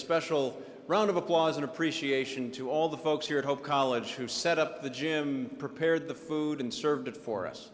special round of applause and appreciation to all the folks here at hope college who set up the gym prepared the food and served it